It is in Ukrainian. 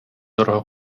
дорого